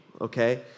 okay